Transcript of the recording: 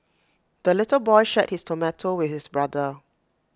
the little boy shared his tomato with his brother